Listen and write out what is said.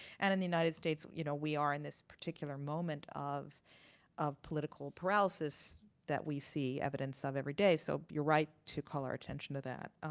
and in the united states, you know we are in this particular moment of of political paralysis that we see evidence of every day, so you're right to call our attention to that.